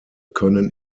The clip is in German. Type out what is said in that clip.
können